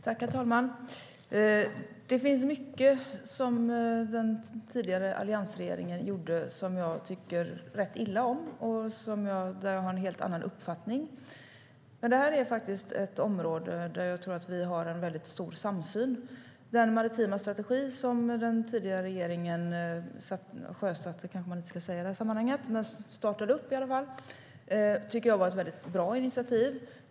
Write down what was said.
Herr ålderspresident! Det finns mycket som alliansregeringen gjorde som jag tycker ganska illa om och där jag har en helt annan uppfattning. Men det här är ett område där jag tror att vi har en stor samsyn. Den maritima strategin som den tidigare regeringen - sjösatte ska man kanske inte säga i det här sammanhanget - startade upp var ett bra initiativ.